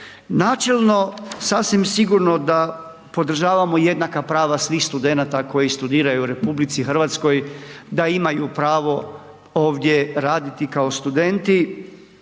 Načelno, sasvim sigurno da podržavamo jednaka prava svih studenata koji studiraju u RH, da imaju pravo ovdje raditi kao studenti,